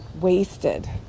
wasted